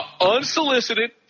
unsolicited